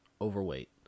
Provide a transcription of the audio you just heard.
overweight